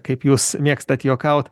kaip jūs mėgstat juokaut